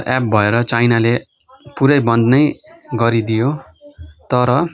app भएर चाइनाले पुरै बन्द नै गरिदियो तर